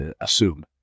assume